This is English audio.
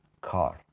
car